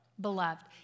Beloved